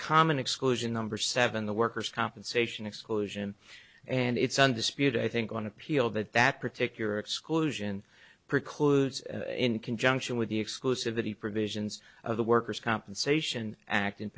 common exclusion number seven the workers compensation exclusion and it's undisputed i think on appeal that that particular exclusion precludes in conjunction with the exclusivity provisions of the worker's compensation act in